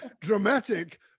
dramatic